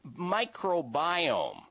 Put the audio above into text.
microbiome